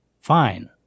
fine